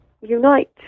unite